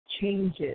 changes